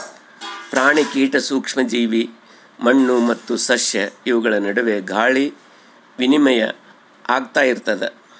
ಪ್ರಾಣಿ ಕೀಟ ಸೂಕ್ಷ್ಮ ಜೀವಿ ಮಣ್ಣು ಮತ್ತು ಸಸ್ಯ ಇವುಗಳ ನಡುವೆ ಗಾಳಿ ವಿನಿಮಯ ಆಗ್ತಾ ಇರ್ತದ